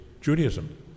Judaism